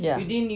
yeah